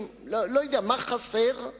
מה, למה צריך אחות?